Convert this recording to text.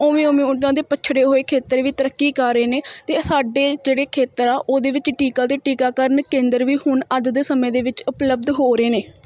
ਉਵੇਂ ਉਵੇਂ ਉਹਨਾਂ ਦੇ ਪਛੜੇ ਹੋਏ ਖੇਤਰ ਵੀ ਤਰੱਕੀ ਕਰ ਰਹੇ ਨੇ ਅਤੇ ਸਾਡੇ ਜਿਹੜੇ ਖੇਤਰ ਆ ਉਹਦੇ ਵਿੱਚ ਟੀਕਾ ਅਤੇ ਟੀਕਾਕਰਨ ਕੇਂਦਰ ਵੀ ਹੁਣ ਅੱਜ ਦੇ ਸਮੇਂ ਦੇ ਵਿੱਚ ਉਪਲਬਧ ਹੋ ਰਹੇ ਨੇ